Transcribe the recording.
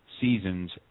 seasons